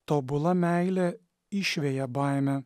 tobula meilė išveja baimę